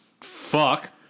Fuck